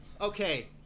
okay